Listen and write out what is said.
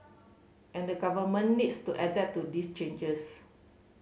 and the Government needs to adapt to these changes